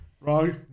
Right